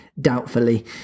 doubtfully